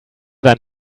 dann